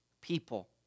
people